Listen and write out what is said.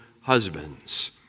husbands